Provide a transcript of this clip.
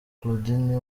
claudine